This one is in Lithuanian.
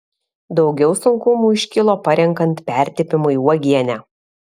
daugiau sunkumų iškilo parenkant pertepimui uogienę